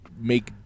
make